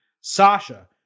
Sasha